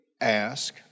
ask